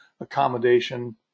accommodation